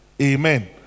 amen